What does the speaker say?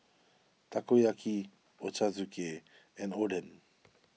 Takoyaki Ochazuke and Oden